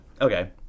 Okay